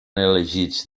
elegits